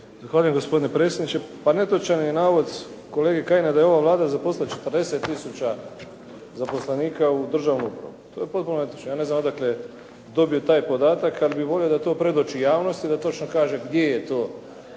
Zahvaljujem gospodine predsjedniče. Pa netočan je navod kolege Kajina da je ova Vlada zaposlila 40 tisuća zaposlenika u državnom. To je potpuno netočno. Ja ne znam odakle je dobio taj podatak, ali bi volio da to predoči javnosti, da točno kaže gdje se to